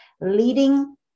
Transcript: leading